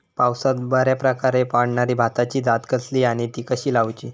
पावसात बऱ्याप्रकारे वाढणारी भाताची जात कसली आणि ती कशी लाऊची?